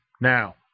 Now